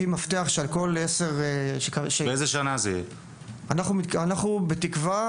אנחנו בתקווה,